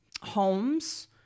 homes